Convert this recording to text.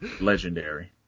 Legendary